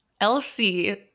Elsie